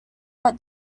but